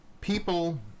People